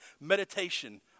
meditation